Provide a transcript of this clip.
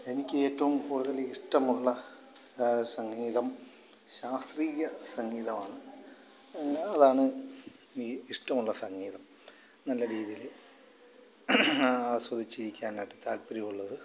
എനിക്കേറ്റവും കൂടുതൽ ഇഷ്ടമുള്ള സംഗീതം ശാസ്ത്രീയ സംഗീതമാണ് അതാണ് എനിക്ക് ഇഷ്ടമുള്ള സംഗീതം നല്ല രീതിയില് ആസ്വദിച്ചിരിക്കാനായ്ട്ട് താല്പര്യമുള്ളത്